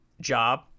job